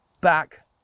back